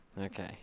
Okay